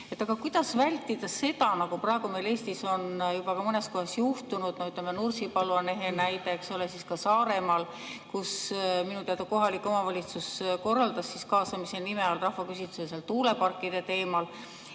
Aga kuidas vältida seda, nagu praegu meil Eestis on juba mõnes kohas juhtunud? Nursipalu on ehe näide, eks ole. Ka Saaremaal minu teada kohalik omavalitsus korraldas kaasamise nimel rahvaküsitluse tuuleparkide teemal.